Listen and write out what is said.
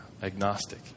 Agnostic